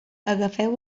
agafeu